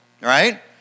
right